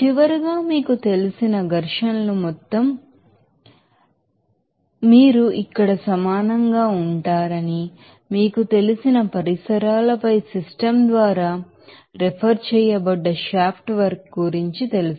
చివరగా మీకు తెలిసిన ఫ్రిక్షన్ మీకు మొత్తం తెలుసు మరియు మీరు ఇక్కడ సమానంగా ఉంటారని మీకు తెలిసిన పరిసరాలపై సిస్టమ్ ద్వారా రిఫర్ చేయబడ్డ షాఫ్ట్ వర్క్ గురించి మీకు తెలుసు